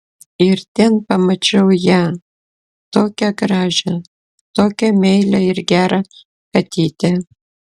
ir ten pamačiau ją tokią gražią tokią meilią ir gerą katytę